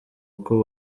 uko